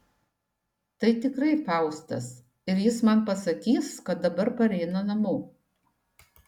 tai tikrai faustas ir jis man pasakys kad dabar pareina namo